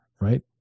Right